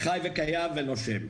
חי וקיים ונושם.